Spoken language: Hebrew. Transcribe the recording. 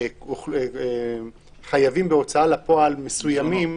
חיים בהוצאה לפועל מסוימים,